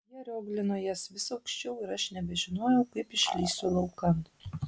jie rioglino jas vis aukščiau ir aš nebežinojau kaip išlįsiu laukan